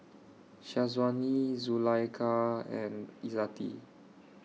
Syazwani Zulaikha and Izzati